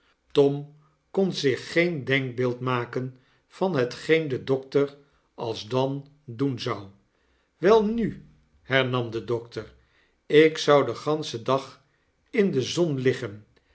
tom kon zich geen denkbeeld maken van hetgeen de dokter alsdan doen zou welnu hernam de dokter ik zou den ganschen dag in de zon liggen